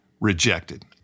rejected